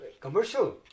commercial